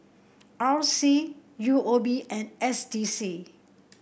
R C U O B and S D C